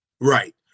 Right